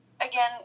again